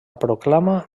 proclama